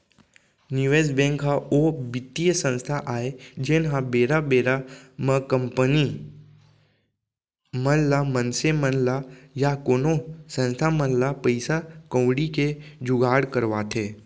निवेस बेंक ह ओ बित्तीय संस्था आय जेनहा बेरा बेरा म कंपनी मन ल मनसे मन ल या कोनो संस्था मन ल पइसा कउड़ी के जुगाड़ करवाथे